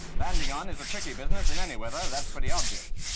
landing on is a tricky business in any weather. that's pretty obvious.